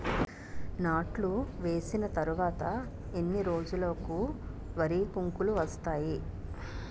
నాట్లు వేసిన తర్వాత ఎన్ని రోజులకు వరి కంకులు వస్తాయి?